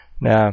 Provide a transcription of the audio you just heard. Now